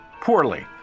Poorly